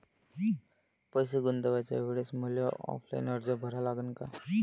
पैसे गुंतवाच्या वेळेसं मले ऑफलाईन अर्ज भरा लागन का?